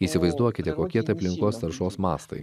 įsivaizduokite kokie tai aplinkos taršos mastai